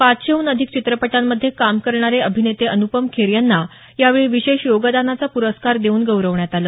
पाचशेहून अधिक चित्रपटांमध्ये काम करणारे अभिनेते अनुपम खेर यांना यावेळी विशेष योगदानाचा पुरस्कार देऊन गौरवण्यात आलं